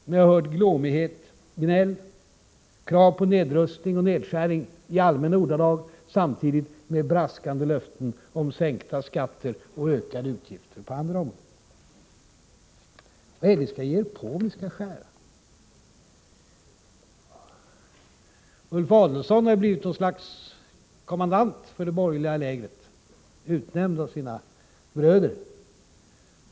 Men jag har hört glåmighet, gnäll, krav på nedrustning och nedskärning i allmänna ordalag samtidigt med braskande löften om sänkta skatter och ökade utgifter på andra områden. Vad är det ni skall ge er på, om ni skall skära? Ulf Adelsohn har blivit något slags kommendant för det borgerliga lägret, utnämnd av sina bröder.